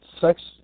sex